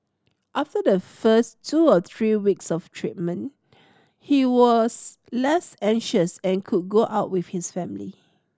after the first two or three weeks of treatment he was less anxious and could go out with his family